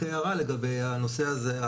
רק הערה לגבי הנושא הזה.